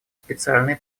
специальные